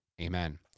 Amen